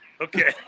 Okay